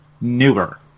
newer